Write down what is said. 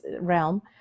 realm